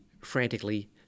frantically